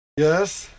Yes